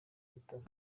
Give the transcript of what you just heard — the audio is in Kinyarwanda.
bitaro